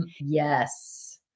Yes